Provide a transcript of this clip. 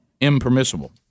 Impermissible